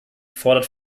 fordert